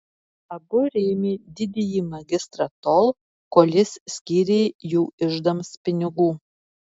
abu rėmė didįjį magistrą tol kol jis skyrė jų iždams pinigų